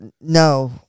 no